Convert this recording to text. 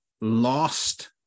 lost